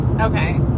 okay